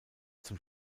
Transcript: zum